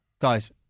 guys